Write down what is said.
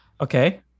Okay